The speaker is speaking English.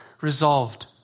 Resolved